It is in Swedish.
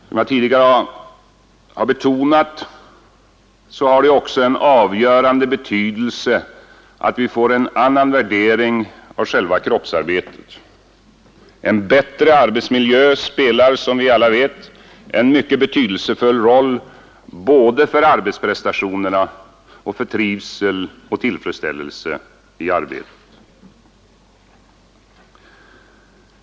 Som jag tidigare har betonat, har det också en avgörande betydelse att vi får en annan värdering av kroppsarbetet. En bättre arbetsmiljö spelar, som vi alla vet, en mycket betydelsefull roll både för arbetsprestationerna och för trivsel och tillfredsställelse i arbetet.